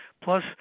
plus